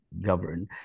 govern